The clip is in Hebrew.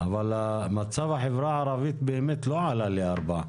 אבל מצב החברה הערבית באמת לא עלה ל-4.